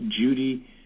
Judy